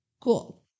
Cool